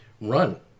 run